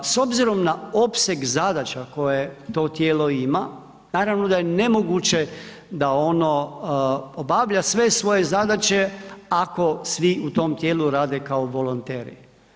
S obzirom na opseg zadaća koje to tijelo ima, naravno da je nemoguće da ono obavlja sve svoje zadaće ako svi u tom tijelu rade kao volonteri.